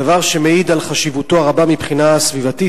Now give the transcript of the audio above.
דבר שמעיד על חשיבותו הרבה מבחינה סביבתית,